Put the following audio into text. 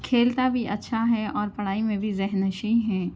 کھیلتا بھی اچّھا ہے اور پڑھائی میں بھی ذہن نشیں ہے